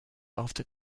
after